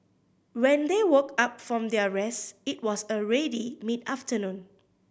when they woke up from their rest it was already mid afternoon